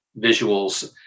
visuals